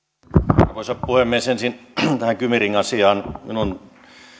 arvoisa puhemies ensin tähän kymi ring asiaan minun